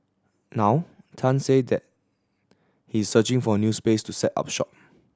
now Tan said that he is searching for a new space to set up shop